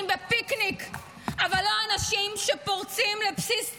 בפיקניק אבל לא אנשים שפורצים לבסיס צה"ל.